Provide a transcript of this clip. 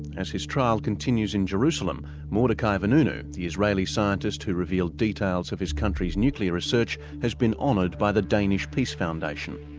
as his trial continues in jerusalem mordecai vanunu, the israel scientist who revealed details of his country's nuclear research has been honoured by the danish peace foundation.